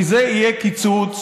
כי זה יהיה קיצוץ